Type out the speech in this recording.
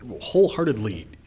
wholeheartedly